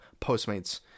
Postmates